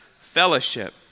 fellowship